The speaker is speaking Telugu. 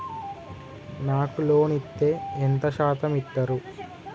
నాకు లోన్ ఇత్తే ఎంత శాతం ఇత్తరు?